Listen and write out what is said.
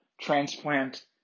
transplant